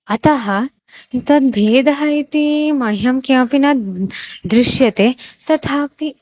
अतः तद् भेदः इति मह्यं किमपि न दृश्यते तथापि